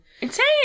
Insane